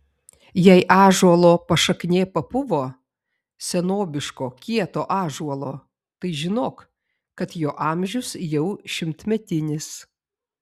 jei ąžuolo pašaknė papuvo senobiško kieto ąžuolo tai žinok kad jo amžius jau šimtmetinis